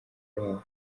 yumva